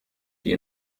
die